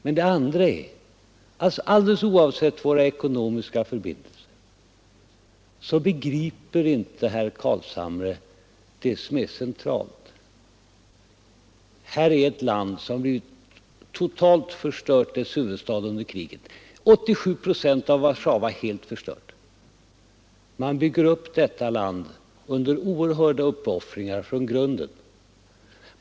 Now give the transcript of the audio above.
För det andra — alldeles oavsett våra ekonomiska förbindelser — begriper inte herr Carlshamre det som är centralt. Här är ett land vars huvudstad blivit totalt förstörd under kriget — 87 procent av Warszawa blev förstört. Under oerhörda uppoffringar bygger man upp denna stad från grunden.